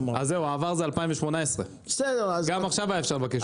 העבר זה 2018. גם עכשיו אפשר היה לבקש אותם.